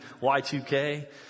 Y2K